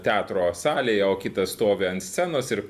teatro salėje o kitas stovi ant scenos ir